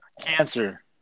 Cancer